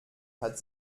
hat